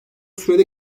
süreyle